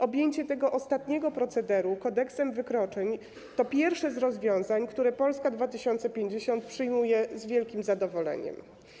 Objęcie tego ostatniego procederu Kodeksem wykroczeń to pierwsze z rozwiązań, które Polska 2050 przyjmuje z wielkim zadowoleniem.